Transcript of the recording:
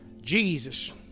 Jesus